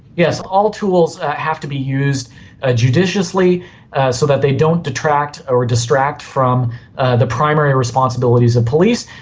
yes, all tools have to be used ah judiciously so that they don't detract or distract from the primary responsibilities of police.